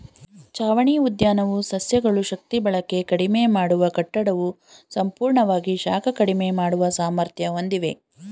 ಛಾವಣಿ ಉದ್ಯಾನವು ಸಸ್ಯಗಳು ಶಕ್ತಿಬಳಕೆ ಕಡಿಮೆ ಮಾಡುವ ಕಟ್ಟಡವು ಸಂಪೂರ್ಣವಾಗಿ ಶಾಖ ಕಡಿಮೆ ಮಾಡುವ ಸಾಮರ್ಥ್ಯ ಹೊಂದಿವೆ